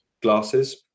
glasses